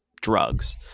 drugs